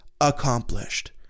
accomplished